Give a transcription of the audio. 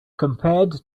compared